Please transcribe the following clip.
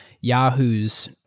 Yahoo's